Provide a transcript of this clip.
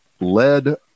led